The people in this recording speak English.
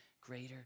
greater